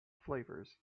flavors